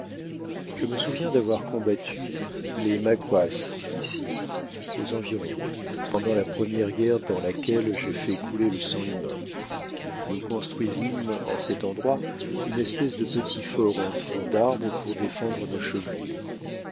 je me souviens d'avoir combattu les maquas ici aux environs pendant la première guerre dans laquelle j'ai fait couler le sang humain nous construisîmes en cet endroit une espèce de petit fort en troncs d'arbres pour défendre nos chevelures